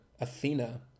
Athena